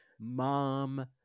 mom